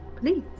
Please